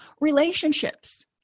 Relationships